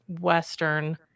Western